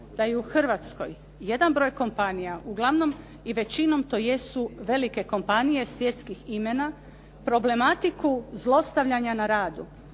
da i u Hrvatskoj jedan broj kompanija uglavnom i većinom to jesu velike kompanije svjetskih imena problematiku zlostavljanja na radu